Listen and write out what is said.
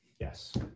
Yes